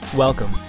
Welcome